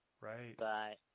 Right